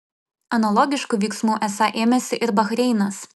analogiškų veiksmų esą ėmėsi ir bahreinas